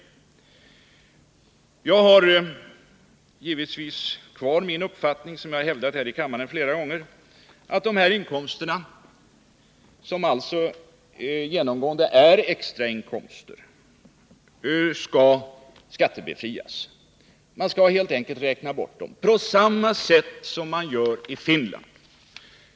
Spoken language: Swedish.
Jag vidhåller den uppfattning jag hävdat flera gånger tidigare här i kammaren, att dessa inkomster — som alltså genomgående är extrainkomster — skall skattebefrias. Man skall helt enkelt räkna bort dem på samma sätt som man gör i Finland.